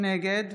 נגד